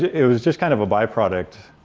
it was just kind of a byproduct,